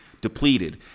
depleted